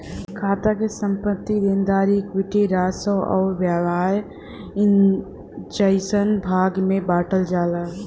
खाता क संपत्ति, देनदारी, इक्विटी, राजस्व आउर व्यय जइसन भाग में बांटल जाला